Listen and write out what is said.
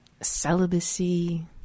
Celibacy